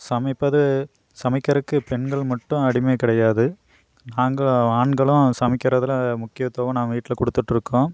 சமைப்பது சமைக்கறதுக்கு பெண்கள் மட்டும் அடிமை கிடையாது நாங்கள் ஆண்களும் சமைக்கிறதில் முக்கியத்துவம் நான் வீட்டில கொடுத்துட்ருக்கோம்